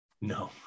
No